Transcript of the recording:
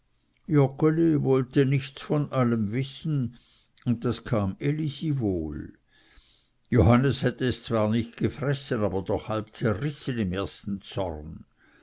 wollte nichts von allem wissen und das kam elisi wohl johannes hätte es zwar nicht gefressen aber doch halb zerrissen im ersten zorn